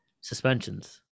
suspensions